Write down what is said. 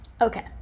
okay